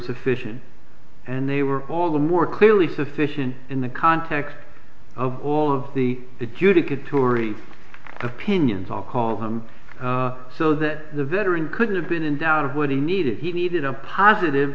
sufficient and they were all the more clearly sufficient in the context of all of the adjudicatory opinions all call home so that the veteran couldn't have been in doubt of what he needed he needed a positive